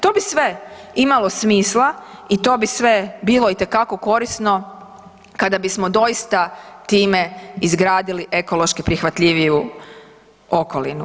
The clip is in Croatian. To bi sve imalo smisla i to bi sve bilo itekako korisno kada bismo doista time izgradili ekološki prihvatljiviju okolinu.